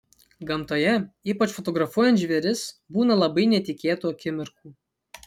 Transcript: gamtoje ypač fotografuojant žvėris būna labai netikėtų akimirkų